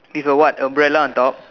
with a what umbrella on top